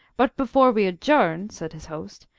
but before we adjourn, said his host,